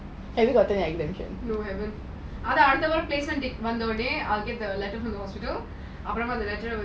after the placement வந்த ஒடனே:vantha odaney I'll get the letter from the hospital அப்புறம் அந்த:apram antha letter eh வந்து:vanthu